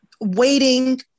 waiting